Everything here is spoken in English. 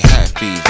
Happy